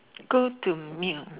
go to meal